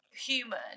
human